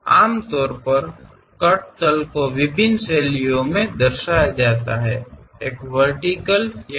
ಸಾಮಾನ್ಯವಾಗಿ ಕತ್ತರಿಸಿದ ಸಮತಲಗಳನ್ನು ವಿಭಿನ್ನ ಶೈಲಿಗಳಲ್ಲಿ ಪ್ರತಿನಿಧಿಸಲಾಗುತ್ತದೆ